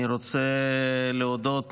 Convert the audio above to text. אני רוצה להודות,